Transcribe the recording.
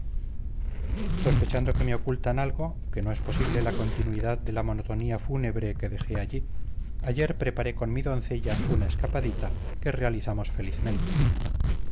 sospechando que me ocultan algo que no es posible la continuidad de la monotonía fúnebre que dejé allí ayer preparé con mi doncella una escapadita que realizamos felizmente